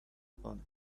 upon